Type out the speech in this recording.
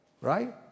Right